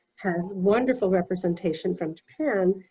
has wonderful representation from japan.